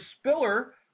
Spiller